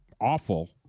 awful